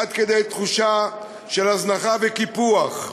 עד כדי תחושה של הזנחה וקיפוח.